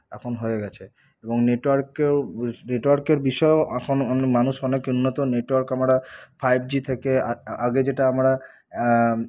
এখন হয়ে গেছে এবং নেটওয়ার্কেও নেটওয়ার্কের বিষয়েও এখন মানুষ অনেক উন্নত নেটওয়ার্ক আমরা ফাইভ জি থেকে আগে যেটা আমরা